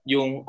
Yung